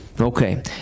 Okay